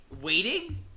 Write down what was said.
Waiting